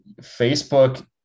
Facebook